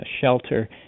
shelter